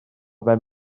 ben